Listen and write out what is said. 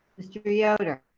mr. yoder?